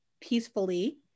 peacefully